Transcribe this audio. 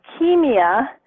leukemia